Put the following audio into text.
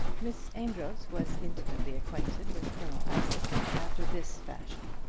miss amedroz was intimately acquainted with colonel askerton after this fashion.